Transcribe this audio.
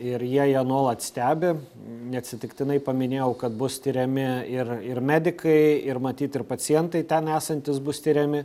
ir jie ją nuolat stebi neatsitiktinai paminėjau kad bus tiriami ir ir medikai ir matyt ir pacientai ten esantys bus tiriami